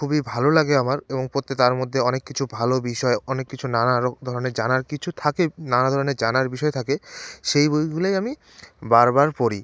খুবই ভালো লাগে আমার এবং পোত্তে তার মধ্যে অনেক কিছু ভালো বিষয় অনেক কিছু নানা র ধরনের জানার কিছু থাকে নানা ধরনের জানার বিষয় থাকে সেই বইগুলোই আমি বারবার পড়ি